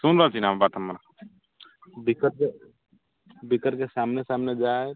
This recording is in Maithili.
सुन रहल छी ने अहाँ बात हमर विकेटके विकेटके सामने सामने जाइ